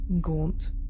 gaunt